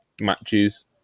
matches